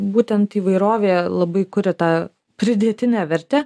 būtent įvairovė labai kuria tą pridėtinę vertę